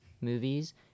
movies